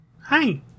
Hi